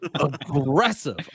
Aggressive